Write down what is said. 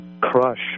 crush